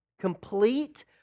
Complete